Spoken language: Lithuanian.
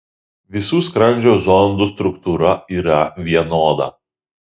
visų skrandžio zondų struktūra yra vienoda